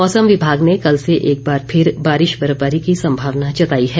मौसम विभाग ने कल से एक बार फिर बारिश बर्फबारी की संभावना जताई है